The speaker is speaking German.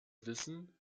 wissen